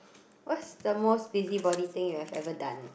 what's the most busybody thing you have ever done